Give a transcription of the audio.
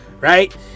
right